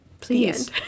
please